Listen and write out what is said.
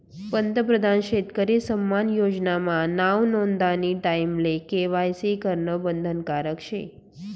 पंतप्रधान शेतकरी सन्मान योजना मा नाव नोंदानी टाईमले के.वाय.सी करनं बंधनकारक शे